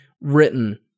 written